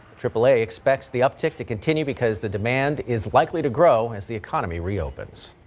aaa expects the uptick to continue because the demand is likely to grow as the economy reopens.